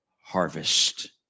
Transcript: harvest